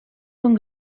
són